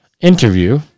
interview